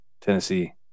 Tennessee